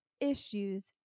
issues